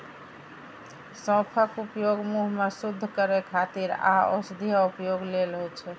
सौंफक उपयोग मुंह कें शुद्ध करै खातिर आ औषधीय उपयोग लेल होइ छै